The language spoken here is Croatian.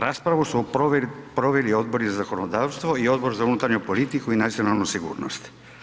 Raspravu su proveli Odbor za zakonodavstvo i Odbor za unutarnju politiku i nacionalnu sigurnost.